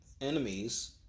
enemies